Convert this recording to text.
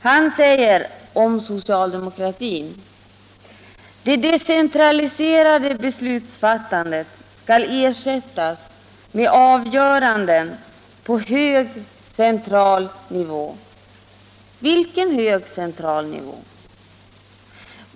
Han sade om socialdemokratin: ”Det decentraliserade beslutsfattandet skall ersättas med avgöranden på hög central nivå.” Vilken hög central nivå?